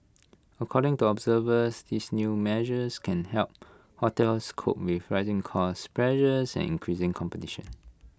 according to observers these new measures can help hotels cope with rising cost pressures and increasing competition